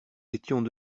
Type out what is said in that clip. étions